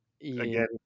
again